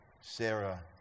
Sarah